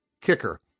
kicker